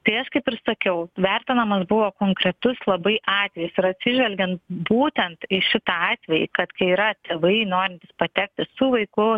tai aš kaip ir sakiau vertinamas buvo konkretus labai atvejis ir atsižvelgiant būtent į šitą atvejį kad kai yra tėvai norintys patekti su vaiku